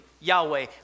Yahweh